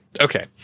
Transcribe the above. Okay